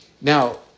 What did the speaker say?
Now